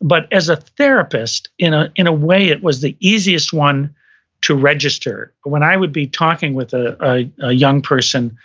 but as a therapist in a in a way it was the easiest one to register. when i would be talking with a a young person